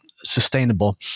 sustainable